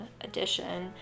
edition